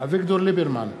אביגדור ליברמן,